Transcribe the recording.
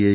I